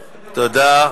תודה.